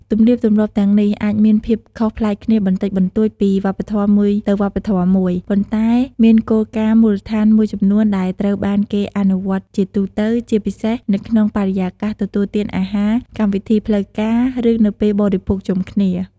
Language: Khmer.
ទំនៀមទម្លាប់ទាំងនេះអាចមានភាពខុសប្លែកគ្នាបន្តិចបន្តួចពីវប្បធម៌មួយទៅវប្បធម៌មួយ ប៉ុន្តែមានគោលការណ៍មូលដ្ឋានមួយចំនួនដែលត្រូវបានគេអនុវត្តជាទូទៅ ជាពិសេសនៅក្នុងបរិយាកាសទទួលទានអាហារកម្មវិធីផ្លូវការ ឬនៅពេលបរិភោគជុំគ្នា។